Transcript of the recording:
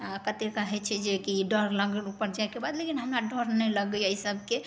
आ कत्तेके होइ छै जे कि डर लागल उपर जाइके बाद लेकिन हमरा डर नहि लगैए इसबके